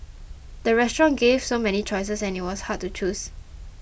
the restaurant gave so many choices that it was hard to choose